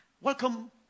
Welcome